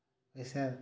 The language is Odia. ପଇସା